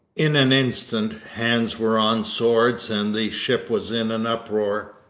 in an instant, hands were on swords and the ship was in an uproar.